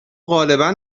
غالبا